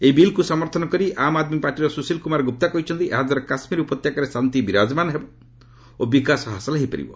ଏହି ବିଲ୍କୁ ସମର୍ଥନ କରି ଆମ୍ ଆଦ୍ମୀ ପାର୍ଟିର ସୁଶିଲ୍ କୁମାର ଗୁପ୍ତା କହିଛନ୍ତି ଏହାଦ୍ୱାରା କାଶ୍କୀର ଉପତ୍ୟକାରେ ଶାନ୍ତି ବିରାଜମାନ ହେବ ଓ ବିକାଶ ହାସଲ ହୋଇପାରିବ